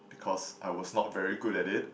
because I was not very good at it